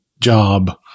job